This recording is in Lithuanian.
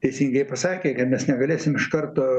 teisingai pasakė kad mes negalėsim iš karto